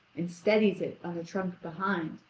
and steadies it on a trunk behind,